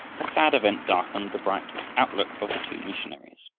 a sad event darkened the bright outlook of the two missionaries.